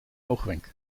oogwenk